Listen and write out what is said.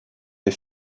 des